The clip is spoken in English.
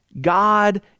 God